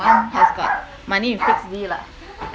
mum has got money in fixed D lah